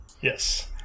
Yes